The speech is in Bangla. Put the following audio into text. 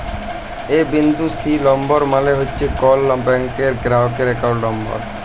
এ বিন্দু সি লম্বর মালে হছে কল ব্যাংকের গেরাহকের একাউল্ট লম্বর